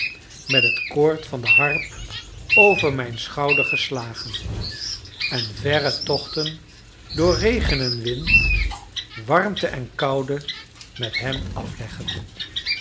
met het koord van de harp over mijn schouder geslagen en verre tochten door regen en wind warmte en koude met hem afleggen